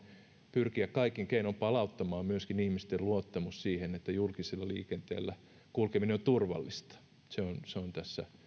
pyrkiä kaikin keinoin palauttamaan myöskin ihmisten luottamus siihen että julkisella liikenteellä kulkeminen on turvallista se on se on tässä